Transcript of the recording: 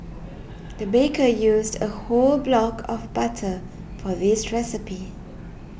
the baker used a whole block of butter for this recipe